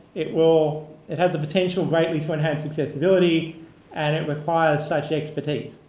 it will it has the potential greatly to enhance accessibility and it requires such expertise.